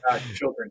Children